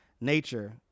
nature